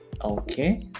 okay